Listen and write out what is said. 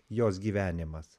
jos gyvenimas